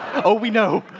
oh, we know!